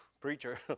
preacher